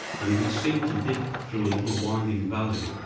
and which seemed to dip through a little, winding valley.